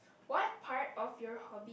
what part of your hobby